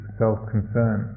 self-concern